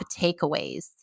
takeaways